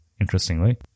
interestingly